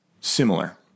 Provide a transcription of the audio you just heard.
similar